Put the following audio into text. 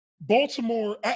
Baltimore